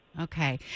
Okay